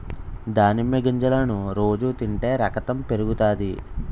దానిమ్మ గింజలను రోజు తింటే రకతం పెరుగుతాది